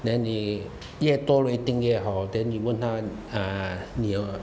then 你越多 rating 越好 then 你问他啊你有